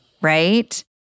right